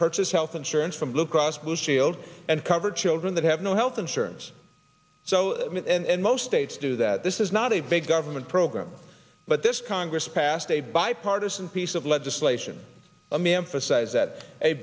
purchase health insurance from blue cross blue shield and cover children that have no health insurance so that and most states do that this is not a big government program but this congress passed a bipartisan piece of legislation i'm a emphasize that a